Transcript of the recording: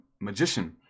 magician